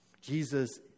Jesus